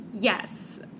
Yes